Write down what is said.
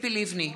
ציפי לבני,